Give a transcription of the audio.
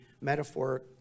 metaphor